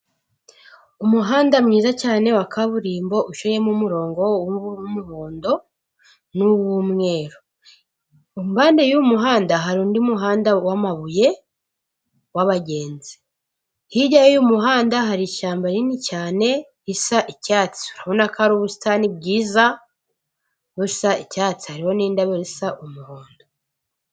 Umuhanda mwiza cyane wa kaburimbo, uciyemo umurongo w'umuhondo, n'umweru, impande y'uyu muhanda, hari undi muhanda wamabuye w'abagenzi, hirya y'uyu muhanda hari ishyamba rinini cyane risa icyatsi, urabona ko ari ubusitani bwiza busa icyatsi, hariho n'indabo zisa umuhondo.